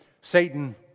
Satan